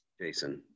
Jason